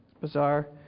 bizarre